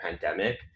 pandemic